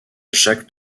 jacques